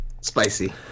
Spicy